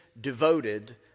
devoted